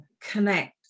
connect